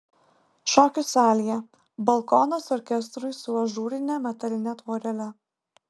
šokių salėje balkonas orkestrui su ažūrine metaline tvorele